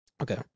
Okay